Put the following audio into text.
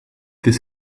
this